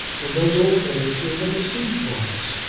in those old days he had never seen florence,